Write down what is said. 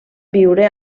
viure